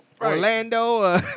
Orlando